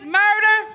murder